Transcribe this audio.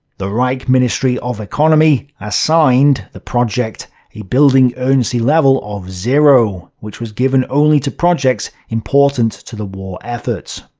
the reich ministry of economy assigned the project a building urgency level of zero, which was given only to projects important to the war effort.